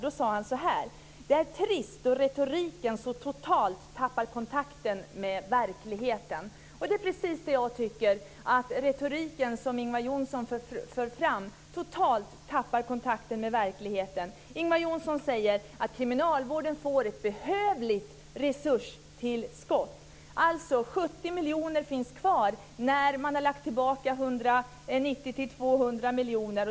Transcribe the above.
Då sade han så här: "Det är trist att retoriken så totalt tappar kontakten med verkligheten." Det är precis det jag tycker, dvs. att den retorik som Ingvar Johnsson för fram totalt tappar kontakten med verkligheten. Ingvar Johnsson säger att kriminalvården får ett behövligt resurstillskott. Det finns alltså 70 miljoner kvar när man har lagt tillbaka 190-200 miljoner.